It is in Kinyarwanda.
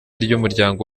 ry’umuryango